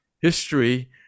history